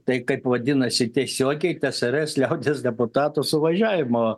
tai kaip vadinasi tiesiogiai tsrs liaudies deputatų suvažiavimo